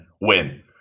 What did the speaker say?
win